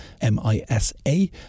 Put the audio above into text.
M-I-S-A